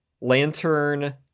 Lantern